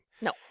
No